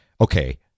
okay